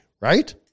right